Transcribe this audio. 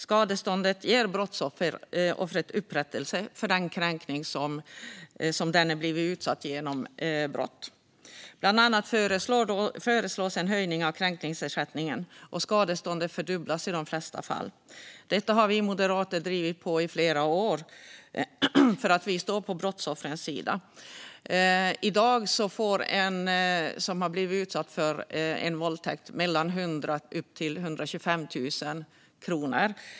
Skadeståndet ger brottsoffret upprättelse för den kränkning som brottsoffret har blivit utsatt för genom brott. Bland annat föreslås en höjning av kränkningsersättningen - skadeståndet fördubblas i de flesta fall. Detta har vi moderater drivit på för i flera år, för vi står på brottsoffrens sida. I dag får en person som har blivit utsatt för en våldtäkt mellan 100 000 och 125 000 kronor.